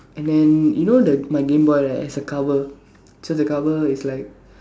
and then you know the my game boy right has a cover so the cover is like